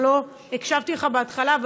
הקשבתי לך בהתחלה,